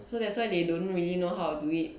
so that's why they don't really know how to do it